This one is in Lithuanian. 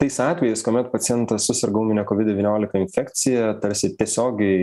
tais atvejais kuomet pacientas suserga ūmine kovid devyniolika infekcija tarsi tiesiogiai